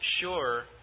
sure